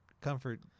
comfort